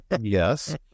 yes